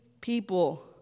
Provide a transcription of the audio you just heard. people